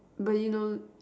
but you know